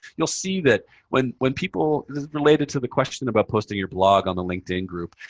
you'll see that when when people related to the question about posting your blog on the linkedin group.